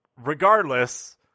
Regardless